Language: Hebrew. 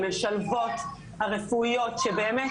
המשלבות הרפואיות שבאמת,